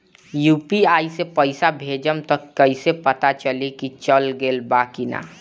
UPI से पइसा भेजम त कइसे पता चलि की चल गेल बा की न?